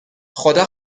خدا